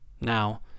Now